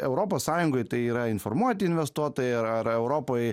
europos sąjungoj tai yra informuoti investuotojai ar ar europoj